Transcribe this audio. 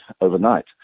overnight